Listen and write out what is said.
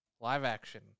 live-action